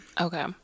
Okay